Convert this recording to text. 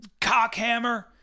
Cockhammer